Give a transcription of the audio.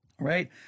right